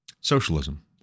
socialism